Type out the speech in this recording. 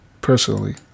personally